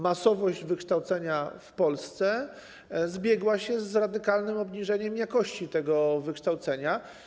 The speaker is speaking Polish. Masowość wykształcenia w Polsce zbiegła się z radykalnym obniżeniem jakości tego wykształcenia.